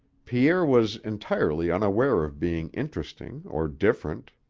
pierre was entirely unaware of being interesting or different.